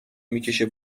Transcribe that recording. میکشه